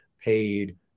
paid